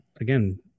again